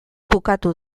bukatu